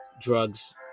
drugs